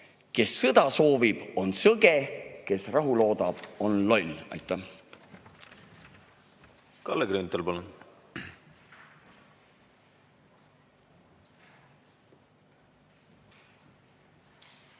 kes sõda soovib, on sõge, kes rahu loodab, on loll. Aitäh! Kalle Grünthal,